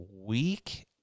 week